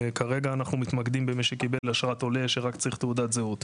כרגע אנחנו מתמקדים במי שקיבל אשרת עולה שרק צריך תעודת זהות.